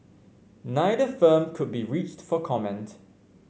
neither firm could be reached for comment